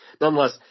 nonetheless